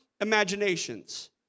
imaginations